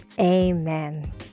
Amen